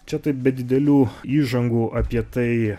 čia taip be didelių įžangų apie tai